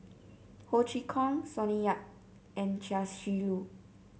Ho Chee Kong Sonny Yap and Chia Shi Lu